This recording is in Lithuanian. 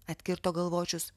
atkirto galvočius